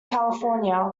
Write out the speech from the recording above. california